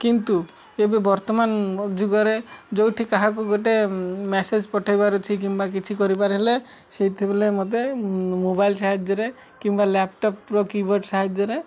କିନ୍ତୁ ଏବେ ବର୍ତ୍ତମାନ ଯୁଗରେ ଯେଉଁଠି କାହାକୁ ଗୋଟେ ମେସେଜ୍ ପଠାଇ ପାରୁଛି କିମ୍ବା କିଛି କରିବାର ହେଲେ ସେଇଥି ବଲେ ମୋତେ ମୋବାଇଲ୍ ସାହାଯ୍ୟରେ କିମ୍ବା ଲ୍ୟାପଟପ୍ର କିବୋର୍ଡ଼ ସାହାଯ୍ୟରେ